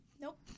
Nope